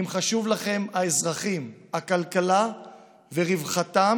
אם חשובים לכן האזרחים, הכלכלה ורווחתם,